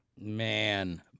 man